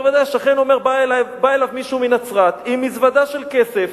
השכן אומר שבא אליו מישהו מנצרת עם מזוודה של כסף,